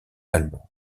allemandes